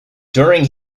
during